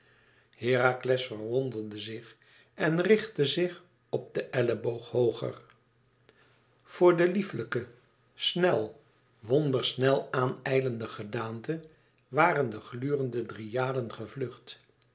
herakles verwonderde zich en richtte zich op den elleboog hooger voor de lieflijke snel wondersnel aan ijlende gedaante waren de glurende dryaden gevlucht